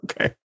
Okay